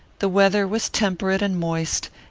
the weather was temperate and moist,